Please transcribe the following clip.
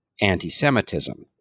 anti-Semitism